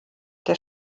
der